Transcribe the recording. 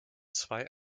zwei